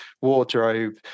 wardrobe